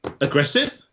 aggressive